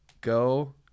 go